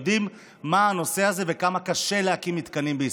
הם יודעים כמה קשה להקים מתקנים בישראל.